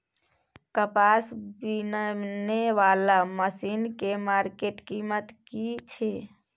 कपास बीनने वाला मसीन के मार्केट कीमत की छै?